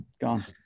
gone